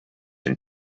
and